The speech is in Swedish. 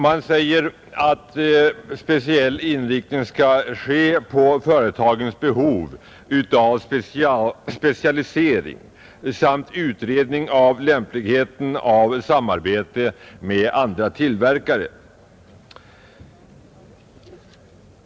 Det anförs att särskild inriktning skall ske på företagens behov av specialisering samt utredning av lämpligheten av samarbete med andra tillverkare.